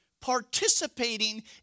participating